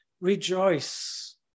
rejoice